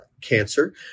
cancer